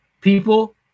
people